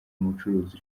umucuruzi